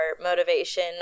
motivation